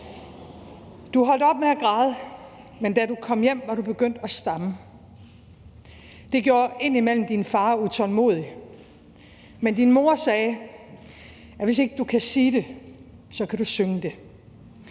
Du holdt op med at græde, men da du kom hjem, var du begyndt at stamme. Det gjorde indimellem din far utålmodig, men din mor sagde: Hvis du ikke kan sige det, kan du synge det.